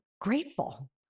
grateful